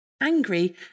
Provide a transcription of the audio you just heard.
angry